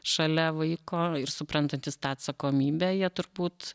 šalia vaiko ir suprantantys tą atsakomybę jie turbūt